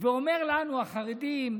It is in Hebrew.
ואומר לנו, החרדים: